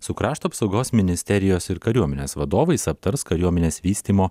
su krašto apsaugos ministerijos ir kariuomenės vadovais aptars kariuomenės vystymo